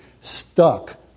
stuck